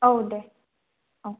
औ दे औ